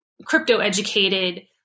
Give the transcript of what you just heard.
Crypto-educated